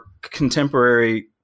contemporary